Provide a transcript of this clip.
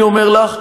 אני אומר לך,